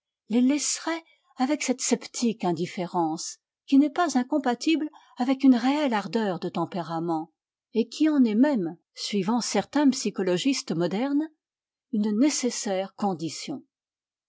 les laisserait avec cette sceptique indifférence qui n'est pas incompatible avec une réelle ardeur de tempérament et qui en est même suivant certains psychologistes modernes une nécessaire condition